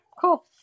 cool